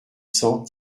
cents